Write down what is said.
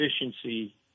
efficiency